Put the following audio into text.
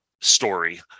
story